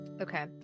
Okay